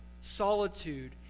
solitude